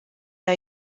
der